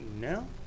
No